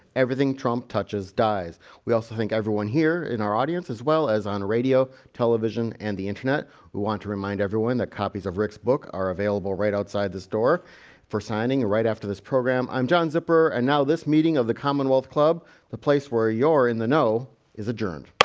everything trump touches dies we also think everyone here in our audience as well as on radio television and the internet we want to remind everyone that copies of rick's book are available right outside this door for signing right after this program i'm john zipper and now this meeting of the commonwealth club the place where you're in the know is adjourned